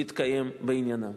יתקיים בעניינם.